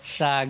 sa